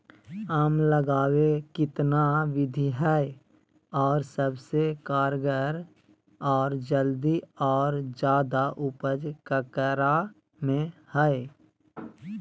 आम लगावे कितना विधि है, और सबसे कारगर और जल्दी और ज्यादा उपज ककरा में है?